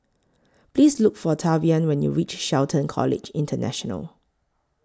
Please Look For Tavian when YOU REACH Shelton College International